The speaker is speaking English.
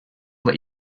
let